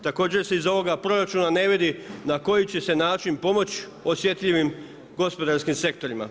Također se iz ovog proračuna ne vidi na koji će se način pomoći osjetljivim gospodarskim sektorima.